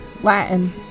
latin